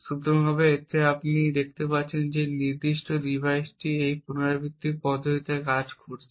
সুতরাং এতে যেভাবে আপনি দেখতে পাচ্ছেন যে এই নির্দিষ্ট ডিভাইসটি এই পুনরাবৃত্তিমূলক পদ্ধতিতে কাজ করছে